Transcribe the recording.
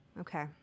Okay